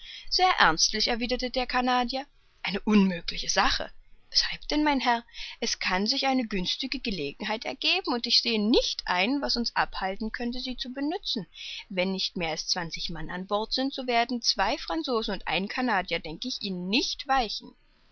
sehr ernstlich erwiderte der canadier eine unmögliche sache weshalb denn mein herr es kann sich eine günstige gelegenheit ergeben und ich sehe nicht ein was uns abhalten könnte sie zu benützen wenn nicht mehr als zwanzig mann an bord sind so werden zwei franzosen und ein canadier denk ich ihnen nicht weichen